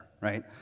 right